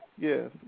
Yes